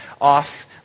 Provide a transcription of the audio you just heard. off